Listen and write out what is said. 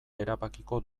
erabakiko